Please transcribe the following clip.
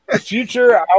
future